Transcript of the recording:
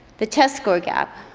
the test score gap.